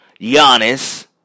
Giannis